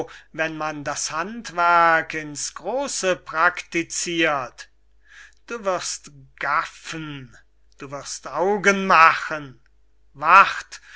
wenn man das handwerk in's große prakticirt du wirst gaffen du wirst augen machen wart